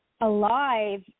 alive